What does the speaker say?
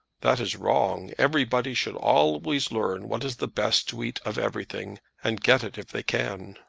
that is wrong. everybody should always learn what is the best to eat of everything, and get it if they can.